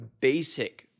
basic